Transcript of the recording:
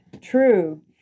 true